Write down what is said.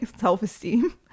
self-esteem